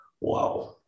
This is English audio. Wow